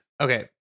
Okay